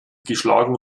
geschlagen